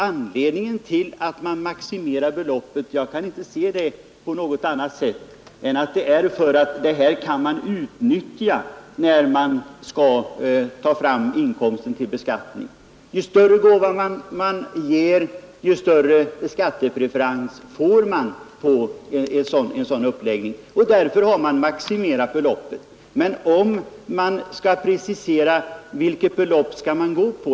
Anledningen till att motionärerna maximerar beloppet — jag kan inte se det på något annat sätt — är väl att man kan utnyttja det här när man skall ta fram inkomsten till beskattning; ju större gåva man ger, desto större skattepreferens får man genom en sådan uppläggning. Vilket belopp skall man bestämma sig för?